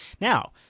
Now